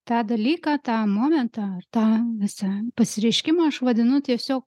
tą dalyką tą momentą ar tą visą pasireiškimą aš vadinu tiesiog